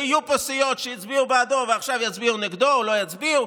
ויהיו פה סיעות שהצביעו בעדו ועכשיו יצביעו נגדו או לא יצביעו,